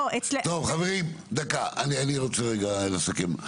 חברים, אני רוצה רגע לסכם.